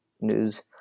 news